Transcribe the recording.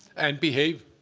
and behave.